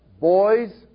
boys